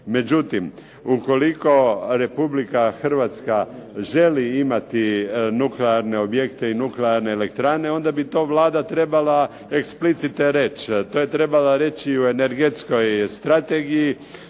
Međutim, ukoliko Republika Hrvatska želi imati nuklearne objekte i nuklearne elektrane onda bi to Vlada trebala explicite reći. To je trebala reći i u Energetskoj strategiji.